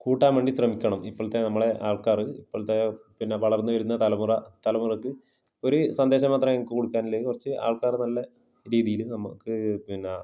കൂട്ടാൻ വേണ്ടി ശ്രമിക്കണം ഇപ്പോഴത്തെ നമ്മളെ ആള്ക്കാർ ഇപ്പോഴത്തെ പിന്നെ വളര്ന്നു വരുന്ന തലമുറ തലമുറയ്ക്ക് ഒരു സന്ദേശം മാത്രമേ ഞങ്ങൾക്ക് കൊടുക്കാനുള്ളു കുറച്ച് ആള്ക്കാരെ നല്ല രീതിയിൽ നമുക്ക് പിന്നെ